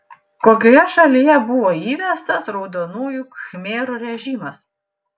kokioje šalyje buvo įvestas raudonųjų khmerų režimas